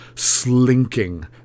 Slinking